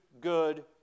good